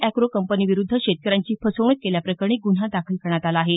agro कंपनीविरूद्ध शेतकऱ्यांची फसवणूक केल्याप्रकरणी गुन्हा दाखल करण्यात आला आहे